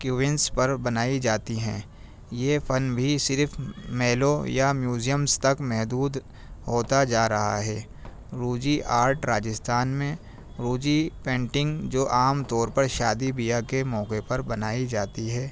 canvas پر بنائی جاتی ہیں یہ فن بھی صرف میلوں یا میوزیمس تک محدود ہوتا جا رہا ہے روجی آرٹ راجستھان میں روجی پینٹنگ جو عام طور پر شادی بیاہ کے موقعے پر بنائی جاتی ہے